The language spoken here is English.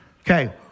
Okay